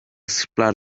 sırplar